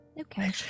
okay